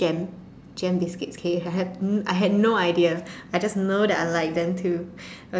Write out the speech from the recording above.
gem gem biscuits K I had I had no idea I just know that I liked them too